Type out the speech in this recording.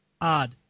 odd